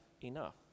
enough